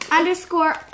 underscore